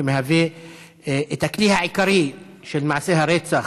שמהווה את הכלי העיקרי של מעשי הרצח